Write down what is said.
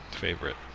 favorite